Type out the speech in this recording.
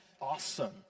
awesome